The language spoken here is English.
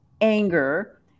anger